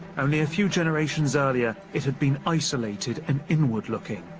only a few generations earlier, it had been isolated and inward-looking.